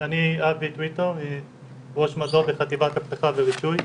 אני אבי טויטו, ראש מדור בחטיבת אבטחה ורישוי.